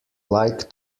like